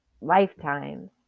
lifetimes